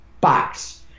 box